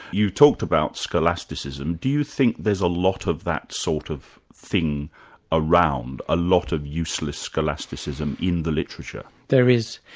you talked about scholasticism do you think there's a lot of that sort of thing around, a lot of useless scholasticism scholasticism in the literature? there is.